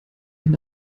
mehr